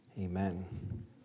amen